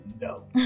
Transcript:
No